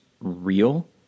real